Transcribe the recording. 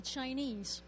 Chinese